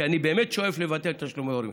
כי אני באמת שואף לבטל תשלומי הורים,